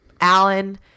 Alan